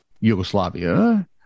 Yugoslavia